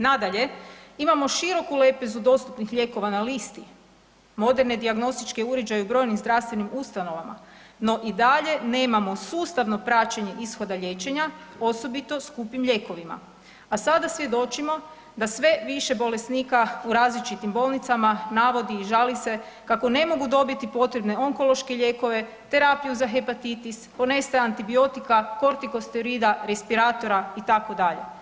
Nadalje, imamo široku lepezu dostupnih lijekova na listi, moderne dijagnostičke uređaje u brojnim zdravstvenim ustanovama no i dalje nemamo sustavno praćenje ishoda liječenja osobito skupim lijekovima a sada svjedočimo da sve više bolesnika u različitim bolnicama navodi i žali se kako ne mogu dobiti potrebne onkološke lijekove, terapiju za hepatitis, postoje antibiotika, kortikosteroida, respiratora itd.